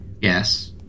yes